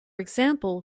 example